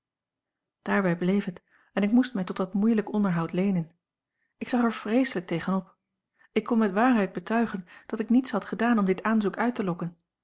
daarbij bleef het en ik moest mij tot dat moeilijk onderhoud leenen ik zag er vreeslijk tegen op ik kon met waarheid betuigen dat ik niets had gedaan om dit aanzoek uit te lokken